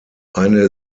eine